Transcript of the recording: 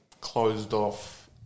closed-off